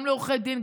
גם לעורכי דין,